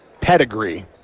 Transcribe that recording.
pedigree